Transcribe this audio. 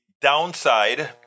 downside